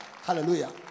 Hallelujah